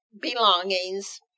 belongings